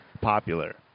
popular